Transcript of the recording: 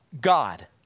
God